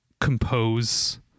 compose